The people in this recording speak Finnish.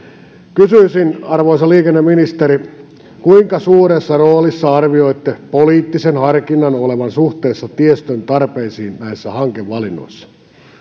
kysyisin arvoisa liikenneministeri kuinka suuressa roolissa arvioitte poliittisen harkinnan olevan suhteessa tiestön tarpeisiin näissä hankevalinnoissa